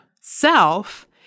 self